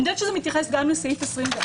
אני יודעת שזה מתייחס גם לסעיף 24,